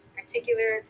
particular